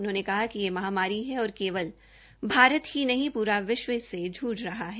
उनहोने कहा कि यह महामारी है और केवल भारत ही नहीं पूरा विश्व इससे जूझ रहा है